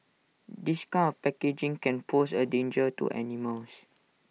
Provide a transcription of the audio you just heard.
this coup packaging can pose A danger to animals